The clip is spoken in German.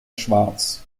schwarz